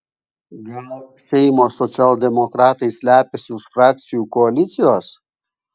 gal seimo socialdemokratai slepiasi už frakcijų koalicijos